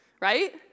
right